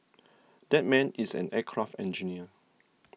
that man is an aircraft engineer